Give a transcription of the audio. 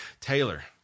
Taylor